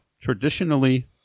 Traditionally